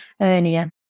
earlier